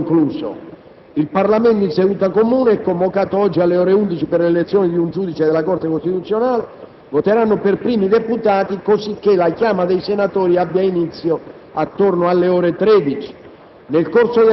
ove non concluso. Il Parlamento in seduta comune è convocato oggi alle ore 11 per l'elezione di un giudice della Corte costituzionale. Voteranno per primi i deputati, cosicché la chiama dei senatori abbia inizio attorno alle ore 13.